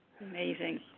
amazing